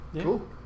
Cool